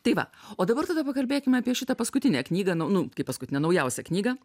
tai va o dabar tada pakalbėkim apie šitą paskutinę knygą nu nu kaip paskutinę naujausią knygą